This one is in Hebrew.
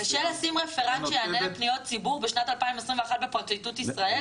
קשה לשים רפרנט שיענה לפניות הציבור בשנת 2021 בפרקליטות ישראל?